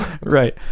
right